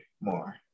more